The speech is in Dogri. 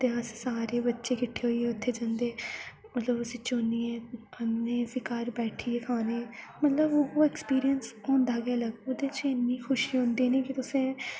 ते अस सारे बच्चे किट्ठे होइयै उत्थे जन्दे मतलब उसी चुनियै आह्नने फिर घर बैठियै खाने मतलब ओह् ऐक्सपिरियंस होंदा गै अलग ओह्दे च इन्नी खुशी होंदी नी कि तु'सें